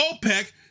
opec